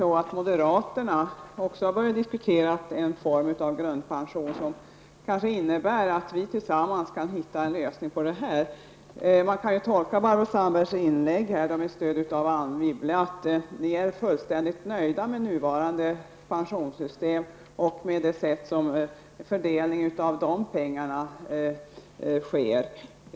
Även moderaterna har faktiskt börjat diskutera en form av grundpension, och det innebär kanske att vi i centern tillsammans med moderaterna kan komma fram till en lösning. Barbro Sandbergs inlägg här, som alltså får stöd av Anne Wibble, kan tolkas så, att ni är fullständigt nöjda med nuvarande pensionssystem och med det sätt på vilket pengarna fördelas.